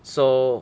so